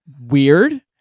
weird